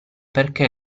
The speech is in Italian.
perché